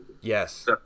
Yes